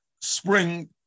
spring